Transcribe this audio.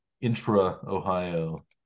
intra-Ohio